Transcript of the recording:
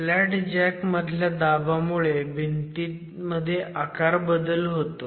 flat jack मधल्या दाबामुळे भिंतीमध्ये आकारबदल होतो